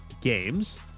games